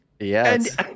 yes